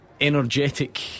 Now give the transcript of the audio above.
energetic